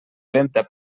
lenta